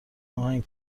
آهنگ